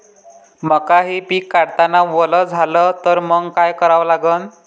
मका हे पिक काढतांना वल झाले तर मंग काय करावं लागन?